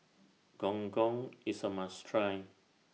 Gong Gong IS A must Try